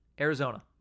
Arizona